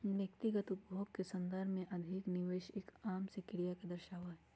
व्यक्तिगत उपभोग के संदर्भ में अधिक निवेश एक आम से क्रिया के दर्शावा हई